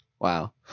Wow